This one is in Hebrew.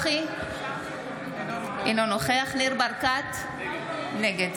אינו נוכח ניר ברקת, נגד